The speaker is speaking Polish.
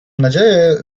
nadzieję